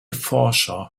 forscher